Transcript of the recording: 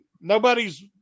nobody's